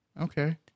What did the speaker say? Okay